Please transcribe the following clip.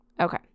Okay